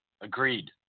Agreed